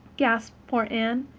gasped poor anne,